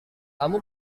kamu